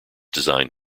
design